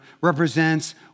represents